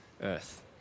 earth